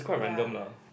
ya